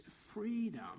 freedom